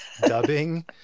Dubbing